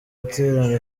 guterana